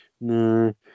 No